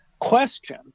question